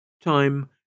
Time